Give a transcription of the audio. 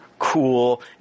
cool